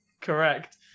Correct